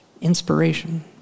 inspiration